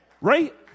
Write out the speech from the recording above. Right